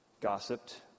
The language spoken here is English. gossiped